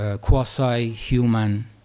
quasi-human